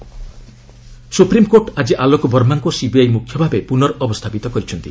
SC supreme court ଆଜି ଆଲୋକ ବର୍ମାଙ୍କୁ CBI ମୁଖ୍ୟ ଭାବେ ପୁର୍ନ ଅବସ୍ଥାପିତ କରିଛନ୍ତି